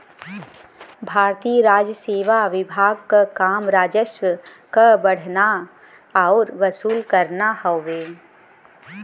भारतीय राजसेवा विभाग क काम राजस्व क बढ़ाना आउर वसूल करना हउवे